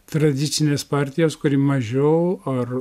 tradicinės partijos kuri mažiau ar